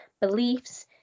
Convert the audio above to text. beliefs